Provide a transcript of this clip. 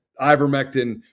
ivermectin